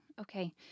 okay